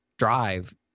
Drive